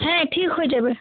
হ্যাঁ ঠিক হয়ে যাবে